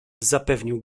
zapewnił